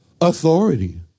authority